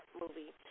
movie